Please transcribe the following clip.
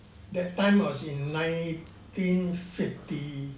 that time was in nineteen fifty